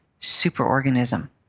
superorganism